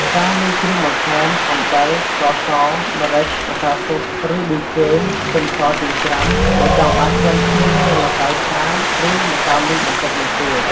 ការលាយគ្រឿង បន្ថែមអំបិល ស្ករស ម្រេច ម្សៅស៊ុប ឬប៊ីចេង ខ្ទឹមសចិញ្ច្រាំ បើចង់បានក្លិនឈ្ងុយ និងម្សៅឆា ឬម្សៅមីបន្តិចបន្តួច។